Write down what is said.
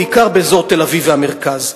בעיקר באזור תל-אביב והמרכז.